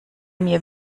mir